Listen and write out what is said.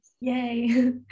Yay